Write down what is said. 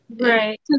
right